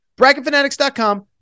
BracketFanatics.com